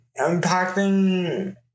impacting